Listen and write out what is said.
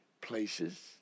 places